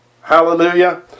hallelujah